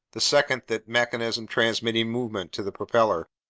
the second that mechanism transmitting movement to the propeller.